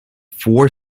four